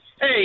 Hey